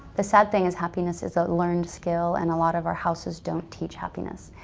the sad thing is happiness is a learned skill and a lot of our houses don't teach happiness.